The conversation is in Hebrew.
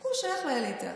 הוא שייך לאליטה.